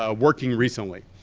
ah working recently.